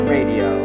Radio